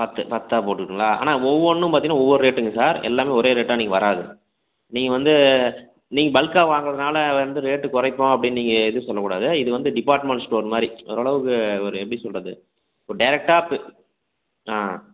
பத்து பத்தா போட்டுக்கிட்டுங்ளா ஆனால் ஒவ்வொன்னும் பார்த்தினா ஒவ்வொரு ரேட்டுங்க சார் எல்லாமே ஒரே ரேட்டா நீங்கள் வராது நீங்கள் வந்து நீங்கள் பல்காக வாங்குகிறதுனால வந்து ரேட்டு குறைப்போம் அப்படின்னு நீங்கள் இது சொல்லக்கூடாது இது வந்து டிப்பார்ட்மெண்ட் ஸ்டோர் மாதிரி ஓரளவுக்கு ஒரு எப்படி சொல்கிறது ஒரு டேரெக்டாக ஆ